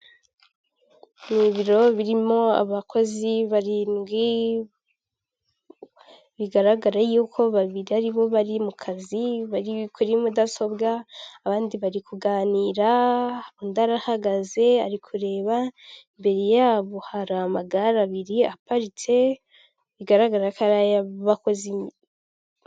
Ni ibiro birimo abakozi barindwi, bigaragara y'uko babiri aribo bari mu kazi, bari kuri mudasobwa abandi bari kuganira, undi arahagaze ari kureba, imbere y'abo hari amagare abiri aparitse bigaragara ko ari ay'abakozi.